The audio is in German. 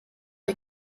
die